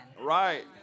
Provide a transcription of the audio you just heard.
Right